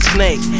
Snake